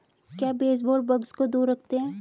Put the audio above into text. क्या baseboard bugs को दूर रखते हैं?